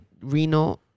Reno